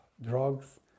drugs